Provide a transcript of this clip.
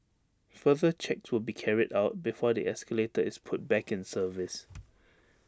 further checks will be carried out before the escalator is put back in service